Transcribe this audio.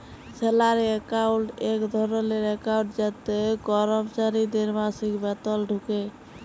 salary account এক ধরলের account যাতে করমচারিদের মাসিক বেতল ঢুকে